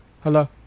hello